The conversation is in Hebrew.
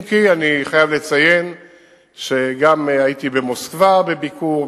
אם כי אני חייב לציין שהייתי במוסקבה בביקור,